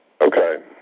Okay